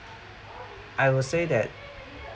I will say that